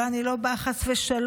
אני לא באה, חס ושלום,